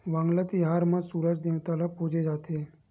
वांगला तिहार म सूरज देवता ल पूजे जाथे